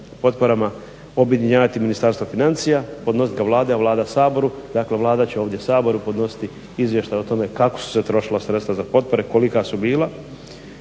objedinjavati Ministarstvo financija, podnositi ga Vlada i Vlada Saboru. dakle Vlada će ovdje Saboru podnositi izvještaj o tome kako su se trošila sredstva za potpore kolika su bila